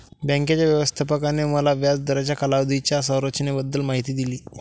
बँकेच्या व्यवस्थापकाने मला व्याज दराच्या कालावधीच्या संरचनेबद्दल माहिती दिली